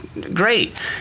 Great